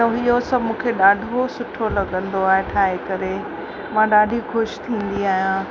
त इहो सभु मूंखे ॾाढो सुठो लॻंदो आहे ठाहे करे मां ॾाढी ख़ुशि थींदी आहियां